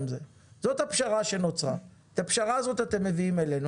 זאת הפשרה שנוצרה ואת הפשרה הזאת אתם מביאים אלינו.